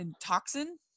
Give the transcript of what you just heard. toxin